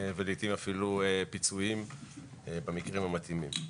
ולעתים אפילו פיצויים במקרים המתאימים.